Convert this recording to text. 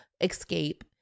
escape